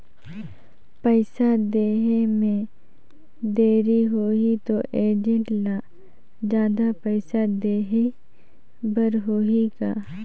पइसा देहे मे देरी होही तो एजेंट ला जादा पइसा देही बर होही का?